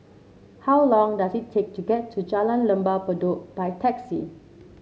how long does it take to get to Jalan Lembah Bedok by taxi